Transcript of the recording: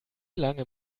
lange